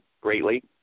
greatly